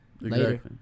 Later